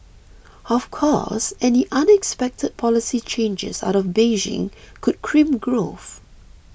of course any unexpected policy changes out of Beijing could crimp growth